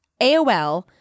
AOL